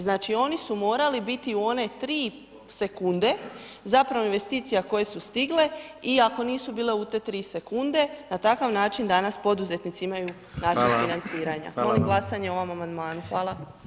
Znači, oni su morali biti u one 3 sekunde, zapravo investicija koje su stigle i ako nisu bile u te 3 sekunde, na takav način danas poduzetnici imaju način [[Upadica: Hvala]] financiranja [[Upadica: Hvala vam]] Molim glasanje o ovom amandmanu, hvala.